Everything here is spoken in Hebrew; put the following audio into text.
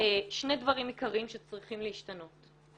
שני דברים עיקריים שצריכים להשתנות.